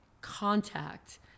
contact